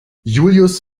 julius